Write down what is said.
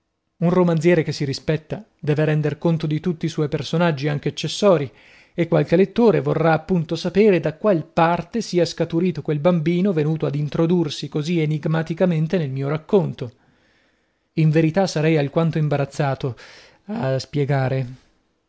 un romanziere che si rispetta deve render conto di tutti i suoi personaggi anche accessorii e qualche lettore vorrà appunto sapere da qual parte sia scaturito quel bambino venuto ad introdursi così enigmaticamente nel mio racconto in verità sarei alquanto imbarazzato a spiegare